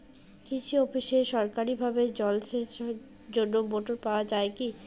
কৃষি অফিসে সরকারিভাবে জল সেচের জন্য মোটর পাওয়া যায় কি?